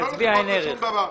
להצביע, אין ערך.